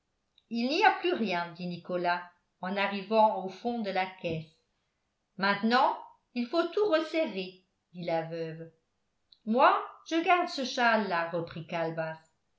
il n'y a plus rien dit nicolas en arrivant au fond de la caisse maintenant il faut tout resserrer dit la veuve moi je garde ce châle là reprit calebasse